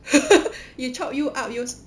they chop you out use